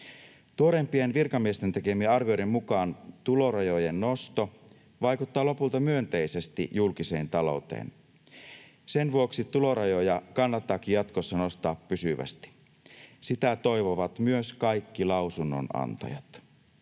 tekemien tuoreimpien arvioiden mukaan tulorajojen nosto vaikuttaa lopulta myönteisesti julkiseen talouteen. Sen vuoksi tulorajoja kannattaakin jatkossa nostaa pysyvästi. Sitä toivovat myös kaikki lausunnonantajat.